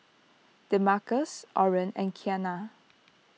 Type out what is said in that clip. Demarcus Orren and Kiana